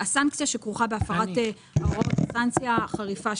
הסנקציה שכרוכה בהפרת הוראות היא סנקציה חריפה,